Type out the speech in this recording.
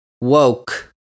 Woke